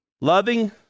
Loving